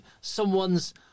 someone's